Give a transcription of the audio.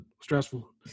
stressful